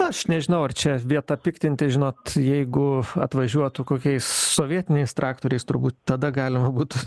aš nežinau ar čia vieta piktintis žinot jeigu atvažiuotų kokiais sovietiniais traktoriais turbūt tada galima būtų